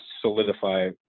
solidify